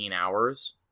hours